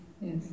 yes